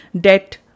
debt